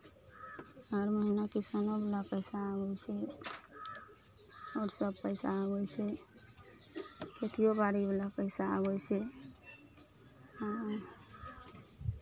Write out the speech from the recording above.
हर महीना किसानोवला पैसा आबै छै आओरसभ पैसा आबै छै खेतिओ बाड़ीवला पैसा आबै छै हँ